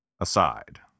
aside